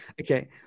Okay